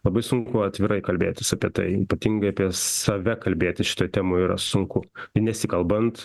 labai sunku atvirai kalbėtis apie tai ypatingai apie save kalbėti šitoj temoj yra sunku nesikalbant